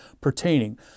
pertaining